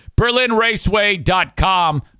BerlinRaceway.com